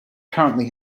currently